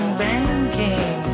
banking